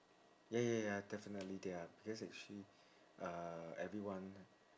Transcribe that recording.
ya ya ya definitely there are because actually uh everyone